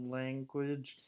language